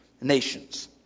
nations